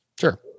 Sure